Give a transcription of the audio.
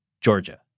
Georgia